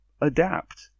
Adapt